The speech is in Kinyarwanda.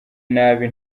nabi